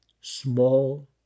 small